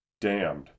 damned